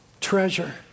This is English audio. treasure